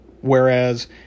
Whereas